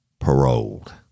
Paroled